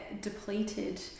depleted